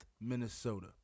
Minnesota